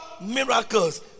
miracles